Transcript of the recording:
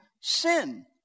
sin